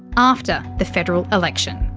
after the federal election.